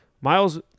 Miles